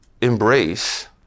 embrace